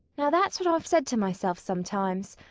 now, that's what i've said to myself sometimes.